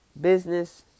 business